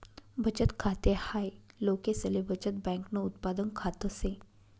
बचत खाते हाय लोकसले बचत बँकन उत्पादन खात से